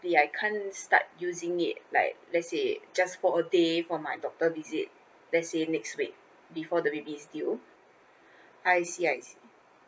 I can't start using it like let's say just for a day for my doctor visit let's say next week before the baby is due I see I see